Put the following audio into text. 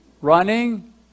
running